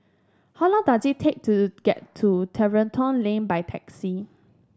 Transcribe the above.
how long does it take to get to Tiverton Lane by taxi